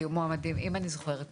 כן, היו מועמדים, אם אני זוכרת נכון.